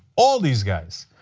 all of these guys.